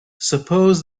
suppose